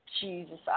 Jesus